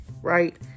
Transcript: Right